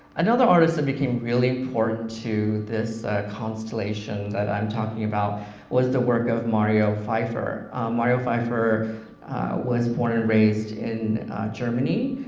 another artist that became very important to this constellation that i'm talking about was the work of mario pfeifer. mario pfeifer was born and raised in germany,